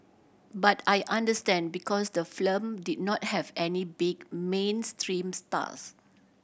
but I understand because the film did not have any big mainstream stars